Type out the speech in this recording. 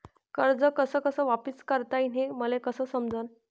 कर्ज कस कस वापिस करता येईन, हे मले कस समजनं?